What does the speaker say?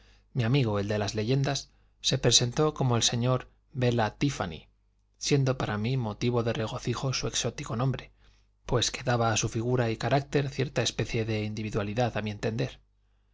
mi amigo el de las leyendas se presentó como el señor bela tíffany siendo para mí motivo de regocijo su exótico nombre pues que daba a su figura y carácter cierta especie de individualidad a mi entender